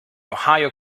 ohio